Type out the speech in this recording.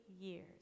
years